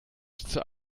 zur